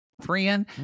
Friend